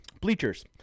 bleachers